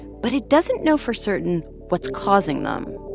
but it doesn't know for certain what's causing them.